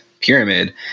pyramid